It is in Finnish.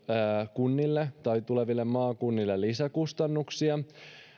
kunnille tai tuleville maakunnille lisäkustannuksia